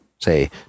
say